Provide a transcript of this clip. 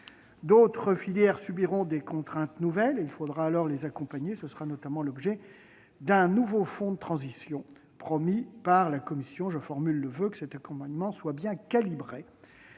D'autres filières subiront des contraintes nouvelles, et il faudra les accompagner. Tel sera notamment l'objet du nouveau fonds de transition promis par la Commission. Je forme le voeu que cet accompagnement soit bien calibré,